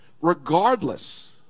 regardless